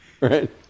Right